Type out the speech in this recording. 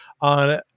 on